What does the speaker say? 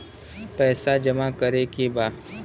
पैसा जमा करे के बा?